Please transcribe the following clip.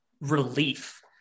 relief